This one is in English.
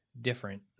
different